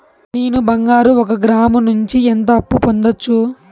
నేను బంగారం ఒక గ్రాము నుంచి ఎంత అప్పు పొందొచ్చు